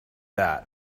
that